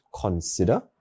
consider